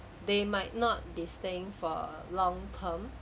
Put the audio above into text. they might not be staying for long term